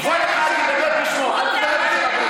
אותה מדיניות שראש הממשלה הנוכחי מוביל,